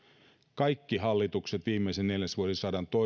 kaikki hallitukset viimeisen neljännesvuosisadan